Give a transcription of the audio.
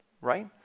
right